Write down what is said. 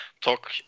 talk